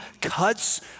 cuts